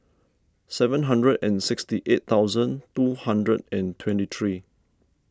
seven hundred and sixty eight thousand two hundred and twenty three